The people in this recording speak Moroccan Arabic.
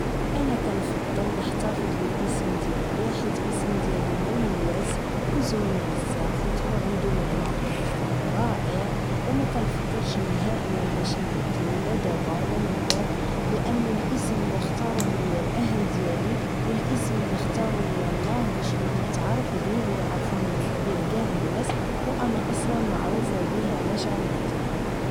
انا كنفضل نحتافظ بالاسم ديالي حيت الاسم ديالي مميز و زوين بزاف و عندو معنى رائع مكنفكرش نهائيا نبدلو لا دبا لا من بعد لانه الاسم اللي ختاروه ليا الاهل ديالي و الاسم اللي ختارو ليا الله باش نتعرف بيه و اعرفوني بيه كاع ناس و انا اصلا معروفة بيه علاش غنبدلو